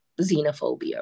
xenophobia